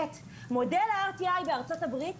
שהתקופה של הקורונה רק העצימה את הקשיים של הילדים?